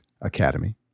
Academy